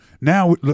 now